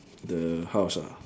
the house ah